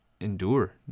endure